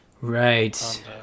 Right